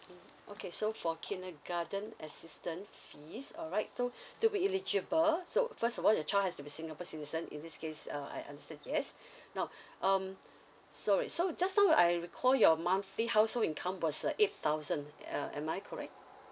okay so for kindergarten assistance fees alright so to be eligible so first of all your child has to be singapore citizen in this case uh I understand yes now um sorry so just so I recall your monthly household income was uh eight thousand uh am I correct